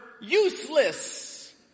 useless